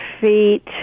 feet